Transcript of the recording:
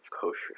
kosher